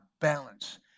balance